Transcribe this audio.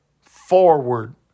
forward